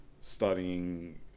studying